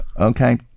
Okay